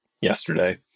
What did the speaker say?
yesterday